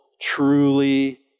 truly